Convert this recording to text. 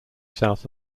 south